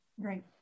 great